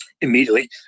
immediately